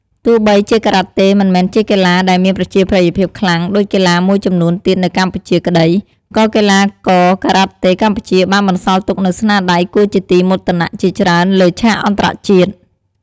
ទោះបីជាការ៉ាតេមិនមែនជាកីឡាដែលមានប្រជាប្រិយភាពខ្លាំងដូចកីឡាមួយចំនួនទៀតនៅកម្ពុជាក្ដី ក៏កីឡាករការ៉ាតេកម្ពុជាបានបន្សល់ទុកនូវស្នាដៃគួរជាទីមោទនៈជាច្រើនលើឆាកអន្តរជាតិ។។